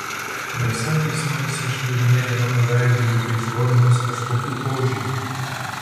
jos akys smalsiai šmirinėja mano veidu lyg ieškodamos kažkokių požymių